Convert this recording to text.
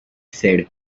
said